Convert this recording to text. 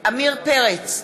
עמיר פרץ,